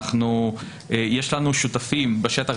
יש לנו שותפים בשטח,